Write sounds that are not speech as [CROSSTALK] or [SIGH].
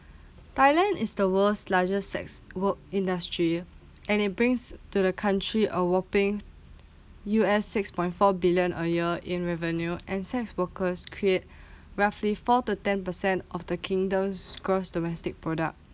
thailand is the world's largest sex work industry [BREATH] and it brings to the country a whopping U_S six point four billion a year in revenue and sex workers create [BREATH] roughly four to ten percent of the kingdom's gross domestic product